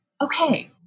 Okay